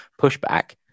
pushback